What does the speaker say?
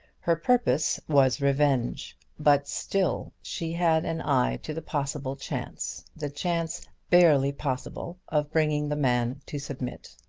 her purpose was revenge but still she had an eye to the possible chance the chance barely possible of bringing the man to submit.